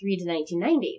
1990